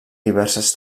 diverses